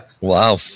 Wow